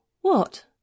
What